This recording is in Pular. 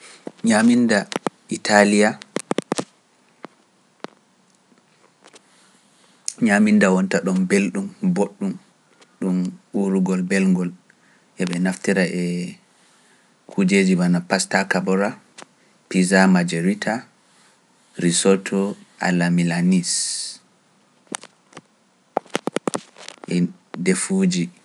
Ɲaaminda ƴitaliya Ɲaaminda ƴamda ɗumNyaminda boddun wonta don dun daraja beldun